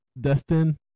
Destin